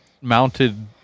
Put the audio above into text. mounted